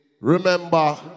Remember